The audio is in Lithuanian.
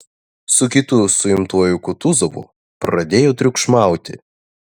su kitu suimtuoju kutuzovu pradėjo triukšmauti